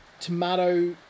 Tomato